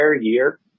year